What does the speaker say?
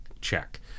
check